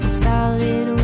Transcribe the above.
solid